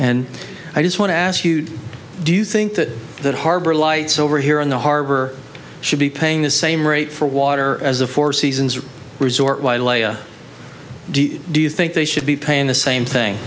and i just want to ask you do you think that that harbor lights over here in the harbor should be paying the same rate for water as the four seasons resort do you think they should be paying the same thing